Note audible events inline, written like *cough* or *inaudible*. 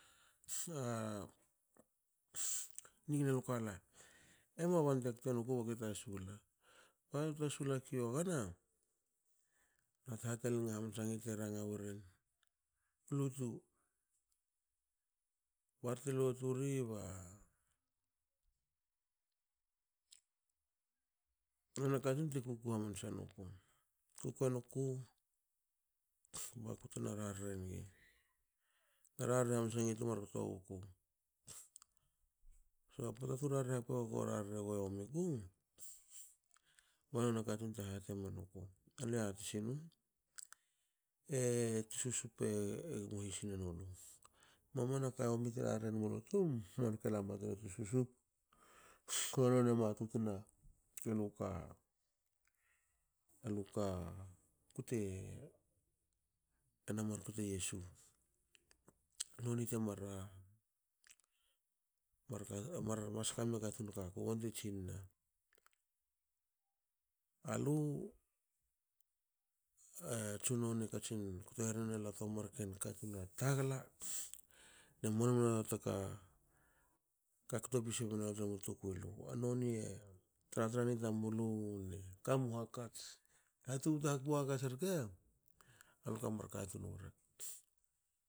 *hesitation* nigna lukala emoa bante ktenuku bakte tasu gla. Pota te tasu lakui yogana hat hatalnge hamansa nigi teranga weren lutu. barte loturi banona katun te kuku hamansa nuku baktna rarre nigi tumar ktowuku. so a pota tu rarre hakpi yaku ego rarre go yomiku. banona katun te hate menuku alue yati sinum?E tususup e gmo hisin enulu mamana ka yomi te rarren mulu tum manke lama tre tusussup kba none matutna luka aluka kte na mar kte yesu banonte mar maska miu katun rke aku. Bante jinna alu e tsunone katsin kto rehina lu toamar katun a tagla ne moalol numna taka ka kto pisinilu tremu tukui lu. A noni e tratra ni tamulu kaka milu hakats rke aluka mar katun wurke.